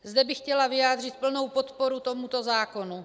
Zde bych chtěla vyjádřit plnou podporu tomuto zákonu.